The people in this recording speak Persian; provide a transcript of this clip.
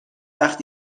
وخت